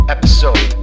Episode